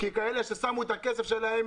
מי ששמו את הכסף שלהם,